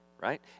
right